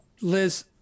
Liz